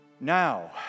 Now